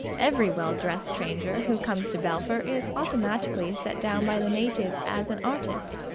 every well-dressed stranger who comes to belpher is automatically set down by the natives as an artist,